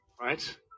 right